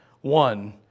one